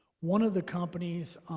one of the companies,